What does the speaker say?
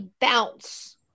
bounce